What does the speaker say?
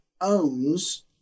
owns